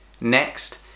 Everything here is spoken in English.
next